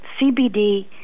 CBD